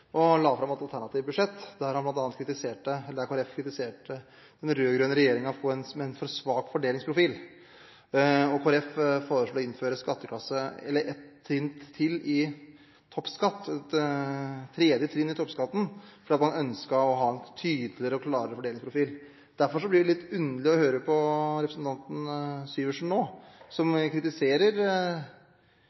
han la fram et alternativt budsjett der Kristelig Folkeparti kritiserte den rød-grønne regjeringen for en for svak fordelingsprofil. Kristelig Folkeparti foreslo å innføre et trinn til i toppskatten – et tredje trinn i toppskatten – fordi man ønsket å ha en tydeligere og klarere fordelingsprofil. Derfor blir det litt underlig å høre representanten Syversen nå, som kritiserer